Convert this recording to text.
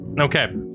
Okay